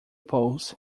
poles